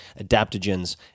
adaptogens